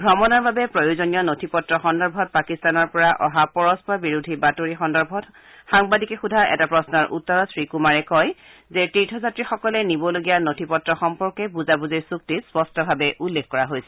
ভ্ৰমণৰ বাবে প্ৰয়োজনীয় নথিপত্ৰ সন্দৰ্ভত পাকিস্তানৰ পৰা অহা পৰস্পৰ বিৰোধী বাতৰি সন্দৰ্ভত সাংবাদিকে সোধা এটা প্ৰশ্নৰ উত্তৰত শ্ৰী কুমাৰে কয় যে তীৰ্থযাত্ৰীসকলে নিবলগীয়া নথি পত্ৰ সম্পৰ্কে বজাবজিৰ চক্তিত স্পষ্টভাৱে উল্লেখ কৰা হৈছে